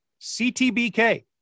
CTBK